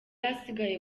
asigaye